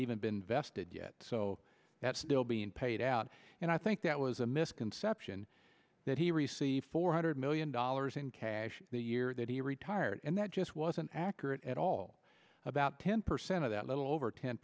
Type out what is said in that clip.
even been vested yet so that's still being paid out and i think that was a misconception that he received four hundred million dollars in cash the year that he retired and that just wasn't accurate at all about ten percent of that little over ten